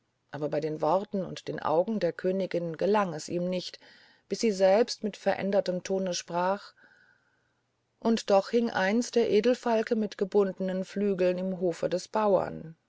aber bei den worten und den augen der königin gelang es ihm nicht bis sie selbst mit verändertem tone sprach und doch hing einst der edelfalk mit gebundenen flügeln im hofe des bauern